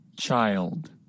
Child